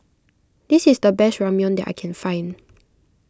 this is the best Ramyeon that I can find